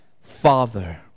Father